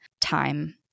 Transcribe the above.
time